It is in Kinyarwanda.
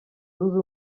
zunze